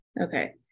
okay